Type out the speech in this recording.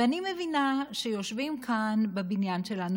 ואני מבינה שיושבים כאן בבניין שלנו,